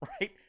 right